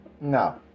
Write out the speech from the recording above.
no